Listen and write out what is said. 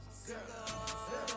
single